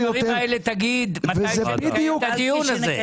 אני רוצה שאת הדברים האלה תגיד מתי שנקיים את הדיון הזה,